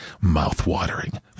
Mouth-watering